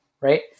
right